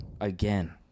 again